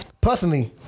Personally